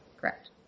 Correct